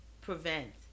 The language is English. prevent